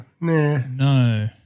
No